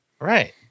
Right